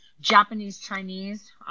Japanese-Chinese